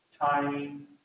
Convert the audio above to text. timing